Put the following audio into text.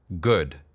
good